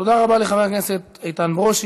תודה רבה לחבר הכנסת איתן ברושי.